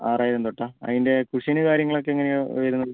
ആറായിരം തൊട്ടാണോ അതിന്റെ കുഷൻ കാര്യങ്ങളൊക്കെ എങ്ങനെയാണ് വരുന്നത്